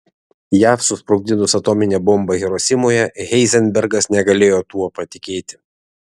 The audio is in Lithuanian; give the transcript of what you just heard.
jav susprogdinus atominę bombą hirosimoje heizenbergas negalėjo tuo patikėti